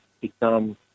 become